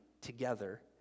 together